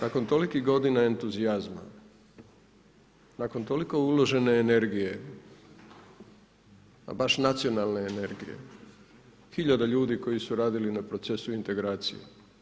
Nakon toliko godina entuzijazma, nakon toliko uložene energije, pa baš nacionalne energije hiljade ljudi koji su radili na procesu integracije.